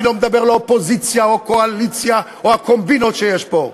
אני לא מדבר על אופוזיציה או על קואליציה או על הקומבינות שיש פה.